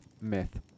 myth